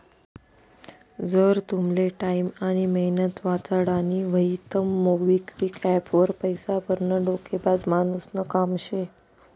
जर तुमले टाईम आनी मेहनत वाचाडानी व्हयी तं मोबिक्विक एप्प वर पैसा भरनं डोकेबाज मानुसनं काम शे